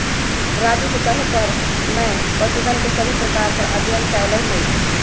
राजू के कहे पर मैं पशुधन के सभी प्रकार पर अध्ययन कैलय हई